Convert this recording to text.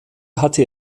hatte